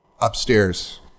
upstairs